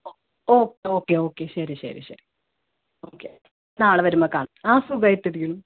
ആ okay okay okay ശരി ശരി ശരി ഒക്കെ നാളെ വരുമ്പോൾ കാണാം ആ സുഖമായിട്ടിരിക്കുന്നു